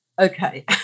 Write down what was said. okay